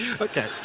Okay